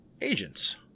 Agents